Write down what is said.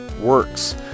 works